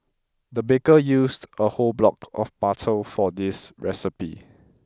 the baker used a whole block of butter for this recipe